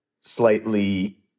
slightly